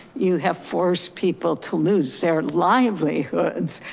you have forced people to lose their livelihoods,